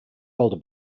older